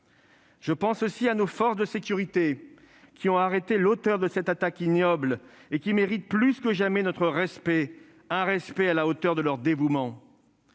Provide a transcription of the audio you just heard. Je pense aussi à nos forces de sécurité, qui ont arrêté l'auteur de cette attaque ignoble et qui méritent plus que jamais notre respect, un respect à la hauteur de leur dévouement.